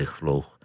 vloog